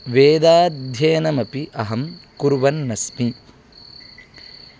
वेदाध्ययनमपि अहं कुर्वन् अस्मि